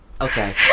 okay